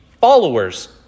followers